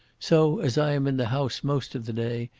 so, as i am in the house most of the day,